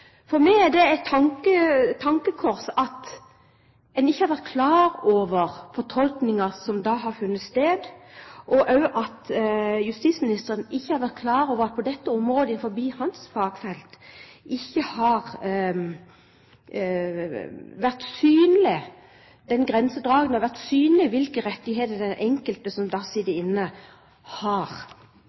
For meg er det et tankekors at man ikke har vært klar over fortolkningen som har funnet sted, og også at justisministeren ikke har vært klar over at på dette området innenfor hans fagfelt, har ikke grensedragningen vært synlig for hvilke rettigheter den enkelte som sitter inne, har.